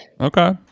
Okay